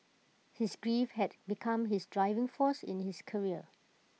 his grief had become his driving force in his career